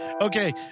Okay